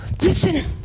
Listen